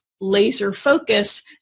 laser-focused